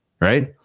right